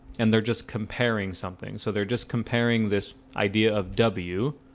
and they're just comparing something. so they're just comparing this idea of w